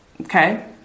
okay